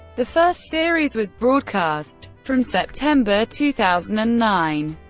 the first series was broadcast from september two thousand and nine.